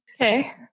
Okay